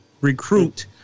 recruit